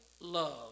love